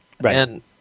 Right